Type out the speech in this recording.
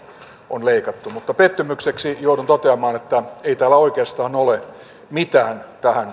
on leikattu mutta pettymykseksi joudun toteamaan että ei täällä oikeastaan ole mitään tähän